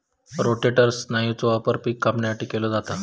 rotator स्नायूचो वापर पिक कापणीसाठी केलो जाता